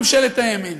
ממשלת הימין,